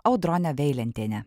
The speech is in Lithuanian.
audrone veilentiene